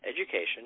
education